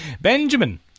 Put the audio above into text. Benjamin